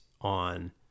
on